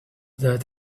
that